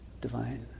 divine